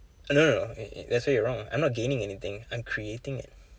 uh no no no that's where your wrong I'm not gaining anything I'm creating it